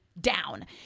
down